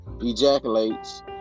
ejaculates